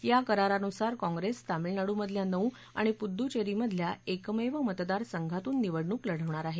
या करारानुसार काँग्रेस तामीळनाडूमधल्या नऊ आणि पुडुवेरीमधल्या एकमेव मतदारसंघातून निवडणुक लढवणार आहे